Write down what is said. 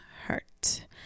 hurt